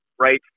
Right